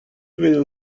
will